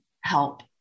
help